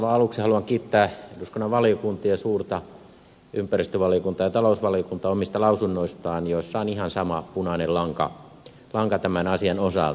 aivan aluksi haluan kiittää eduskunnan valiokuntia suurta valiokuntaa ympäristövaliokuntaa ja talousvaliokuntaa omista lausunnoistaan joissa on ihan sama punainen lanka tämän asian osalta